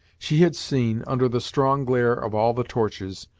she had seen, under the strong glare of all the torches,